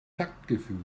taktgefühl